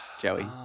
Joey